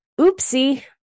oopsie